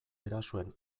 erasoen